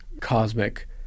cosmic